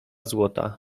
złota